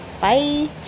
Bye